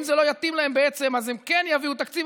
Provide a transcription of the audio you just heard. אם זה לא יתאים להם בעצם אז הם כן יביאו תקציב,